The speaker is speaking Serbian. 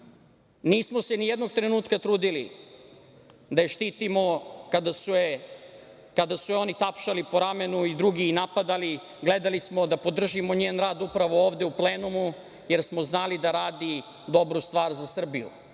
Nismo se ni jednog trenutka trudili da je štitimo kada su je oni tapšali po ramenu i drugi je napadali, gledali smo da podržimo njen rad upravo ovde u plenumu, jer smo znali da radi dobru stvar za Srbiju.